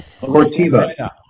Cortiva